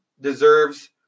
deserves